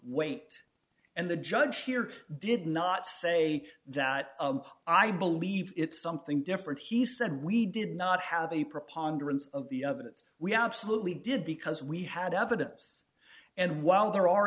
weight and the judge here did not say that i believe it's something different he said we did not have a preponderance of the evidence we absolutely did because we had evidence and while there are